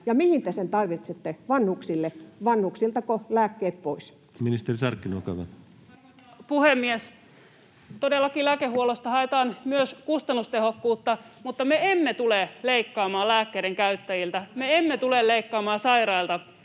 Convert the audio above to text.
ja mihin te sen tarvitsette? Vanhuksiltako lääkkeet pois? Ministeri Sarkkinen, olkaa hyvä. Arvoisa puhemies! Todellakin lääkehuollosta haetaan myös kustannustehokkuutta, mutta me emme tule leikkaamaan lääkkeiden käyttäjiltä, me emme tule leikkaamaan sairailta,